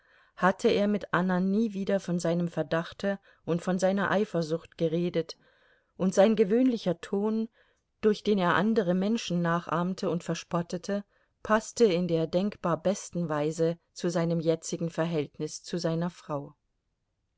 hatte er mit anna nie wieder von seinem verdachte und von seiner eifersucht geredet und sein gewöhnlicher ton durch den er andere menschen nachahmte und verspottete paßte in der denkbar besten weise zu seinem jetzigen verhältnis zu seiner frau